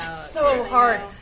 so hard.